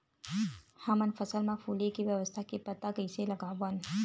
हमन फसल मा फुले के अवस्था के पता कइसे लगावन?